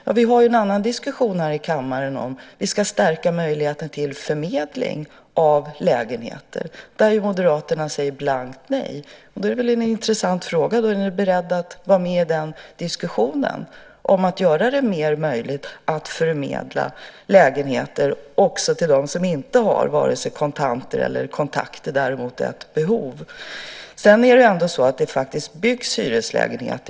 Ja, vi har en annan diskussion här i kammaren om att stärka möjligheten till förmedling av lägenheter där Moderaterna säger blankt nej. Då är det en intressant fråga: Är ni beredda att vara med i diskussionen om att göra det mer möjligt att förmedla lägenheter också till dem som inte har vare sig kontanter eller kontakter men däremot har ett behov? Det byggs faktiskt hyreslägenheter.